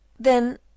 Then